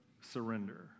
surrender